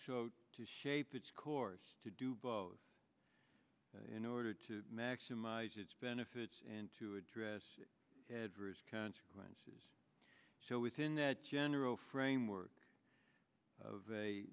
show to shape its course to do both in order to maximize its benefits and to address the adverse consequences so within that general framework of a